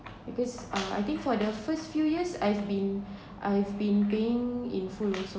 because uh I think for the first few years I've been I've been paying in full also